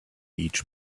each